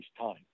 time